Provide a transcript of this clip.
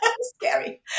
scary